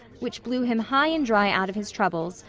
which blew him high and dry out of his troubles,